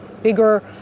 bigger